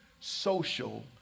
social